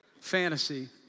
fantasy